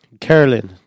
Carolyn